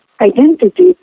identity